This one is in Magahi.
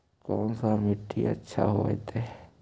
कोन सा मिट्टी अच्छा होबहय?